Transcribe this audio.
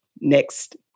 next